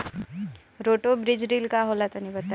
Roto बीज drill का होला तनि बताई?